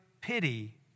pity